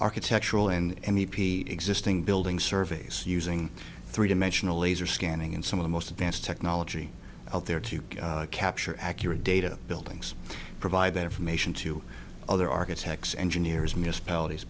architectural and the existing building surveys using three dimensional laser scanning and some of the most advanced technology out there to capture accurate data buildings provide that information to other architects engineers municipalities